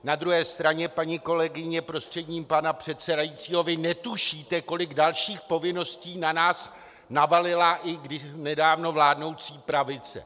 Na druhé straně, paní kolegyně prostřednictvím pana předsedajícího, vy netušíte, kolik dalších povinností na nás navalila nedávno vládnoucí pravice.